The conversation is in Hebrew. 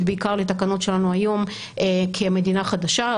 בעיקר לתקנות שלנו היום כמדינה חדשה.